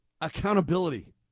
accountability